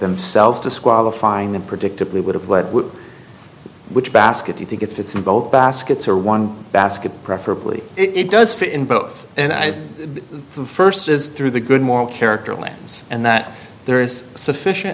themselves disqualifying and predictably would have what would which basket you think if it's in both baskets or one basket preferably it does fit in both and i the first is through the good moral character lands and that there is sufficient